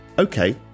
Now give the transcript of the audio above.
Okay